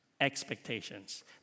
expectations